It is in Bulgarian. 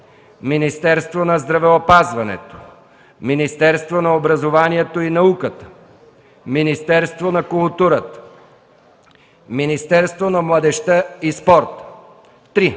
Министерството на здравеопазването; - Министерството на образованието и науката; - Министерство на културата; - Министерство на младежта и спорта. 3.